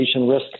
risk